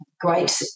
great